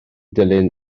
dilyn